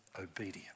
obedience